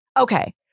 Okay